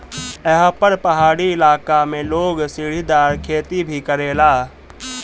एहा पर पहाड़ी इलाका में लोग सीढ़ीदार खेती भी करेला